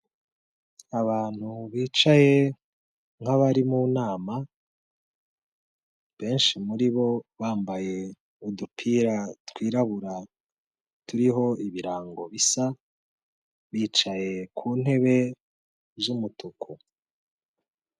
Abantu bicaye nk'abari mu nama, benshi muri bo bambaye udupira twirabura turiho ibirango bisa, bicaye ku ntebe z'umutuku.